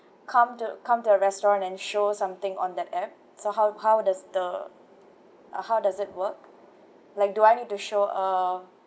come to come to the restaurant and show something on that app so how how does the uh how does it work like do I need to show uh